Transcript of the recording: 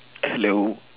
hello